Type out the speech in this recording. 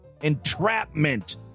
entrapment